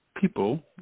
people